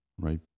right